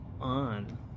on